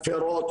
מתפרות,